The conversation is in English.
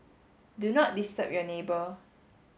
do not disturb your neighbour